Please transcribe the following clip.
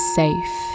safe